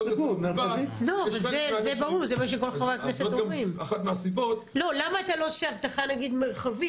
"אנו לא הרשינו אף פעם לעצמנו ללוש את הלחם של ארוחת